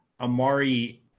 Amari